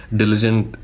diligent